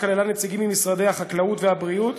שכללה נציגים ממשרד החקלאות וממשרד הבריאות,